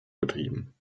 betrieben